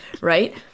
right